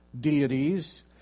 deities